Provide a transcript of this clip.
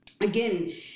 again